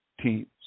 teams